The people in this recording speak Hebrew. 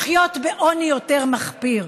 לחיות בעוני יותר מחפיר,